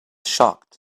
shocked